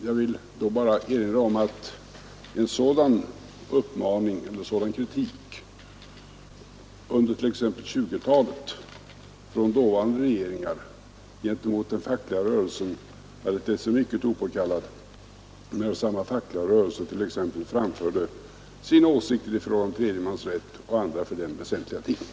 Jag vill erinra om att en sådan kritik under t.ex. 1920-talet från dåvarande regeringar gentemot den fackliga rörelsen hade tett sig mycket opåkallad, när samma fackliga rörelse framförde sin åsikt i fråga om tredje mans rätt och andra för den väsentliga ting.